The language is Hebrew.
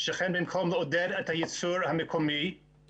שכן במקום לעודד את הייצור המקומי היא